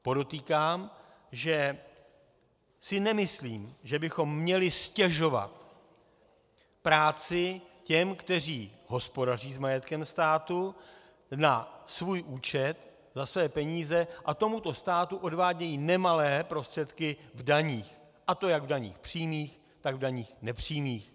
Podotýkám, že si nemyslím, že bychom měli ztěžovat práci těm, kteří hospodaří s majetkem státu na svůj účet, za své peníze a tomuto státu odvádějí nemalé prostředky v daních, a to jak v daních přímých, tak v daních nepřímých.